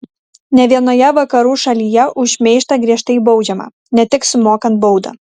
ne vienoje vakarų šalyje už šmeižtą griežtai baudžiama ne tik sumokant baudą